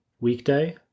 weekday